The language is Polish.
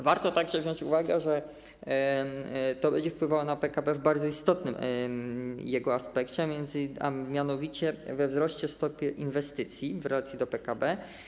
Warto także wziąć pod uwagę, że to będzie wpływało na PKB w bardzo istotnym jego aspekcie, a mianowicie we wzroście stopy inwestycji w relacji do PKB.